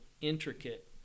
intricate